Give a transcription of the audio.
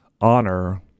honor